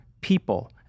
people